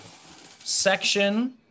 section